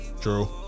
True